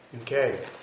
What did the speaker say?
Okay